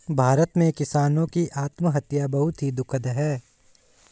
भारत में किसानों की आत्महत्या बहुत ही दुखद है